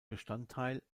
bestandteil